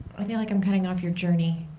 i feel like i'm cutting off your journey.